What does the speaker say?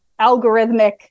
algorithmic